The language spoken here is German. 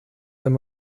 wenn